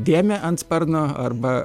dėmę ant sparno arba